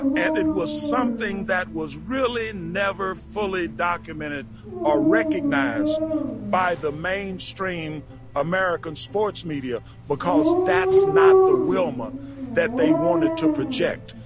and it was something that was really never fully documented or recognized by the mainstream american sports media because that's not the wilma that they wanted to project,